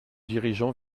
dirigeant